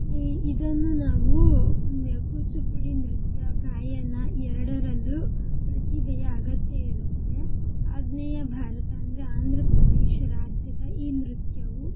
E ಇದನ್ನು ನಾವು ಕೂಚಿಪುಡಿ ನೃತ್ಯ ಗಾಯನ ಎರಡರಲ್ಲೂ ಪ್ರತಿಭೆಯ ಅಗತ್ಯ ಇರುತ್ತೆ ಆಗ್ನೇಯ ಭಾರತ ಅಂದರೆ ಆಂಧ್ರ ಪ್ರದೇಶ ರಾಜ್ಯದ ಈ ನೃತ್ಯವು